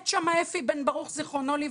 מת שם אפי בן ברוך ז"ל.